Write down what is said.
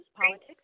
politics